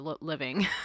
living